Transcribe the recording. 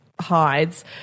hides